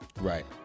right